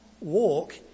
walk